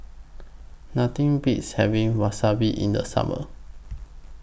Nothing Beats having Wasabi in The Summer